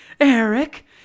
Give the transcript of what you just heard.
Eric